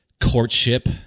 courtship